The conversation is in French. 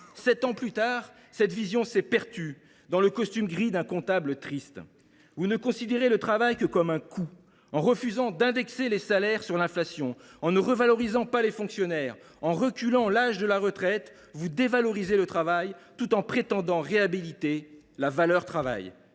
Sept ans plus tard, cette vision s’est perdue dans le costume gris d’un comptable triste. Vous ne considérez le travail que comme un coût. En refusant d’indexer les salaires sur l’inflation, en ne revalorisant pas les fonctionnaires, en reculant l’âge de la retraite, vous dévalorisez le travail tout en prétendant réhabiliter la valeur travail.